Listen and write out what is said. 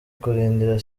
kurindira